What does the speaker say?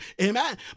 amen